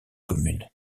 communes